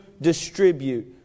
distribute